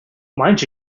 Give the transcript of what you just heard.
mind